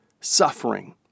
suffering